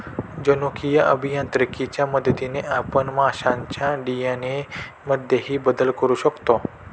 जनुकीय अभियांत्रिकीच्या मदतीने आपण माशांच्या डी.एन.ए मध्येही बदल करू शकतो